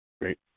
Great